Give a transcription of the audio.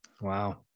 Wow